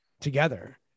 together